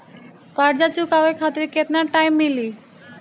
कर्जा चुकावे खातिर केतना टाइम मिली?